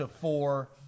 four